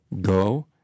Go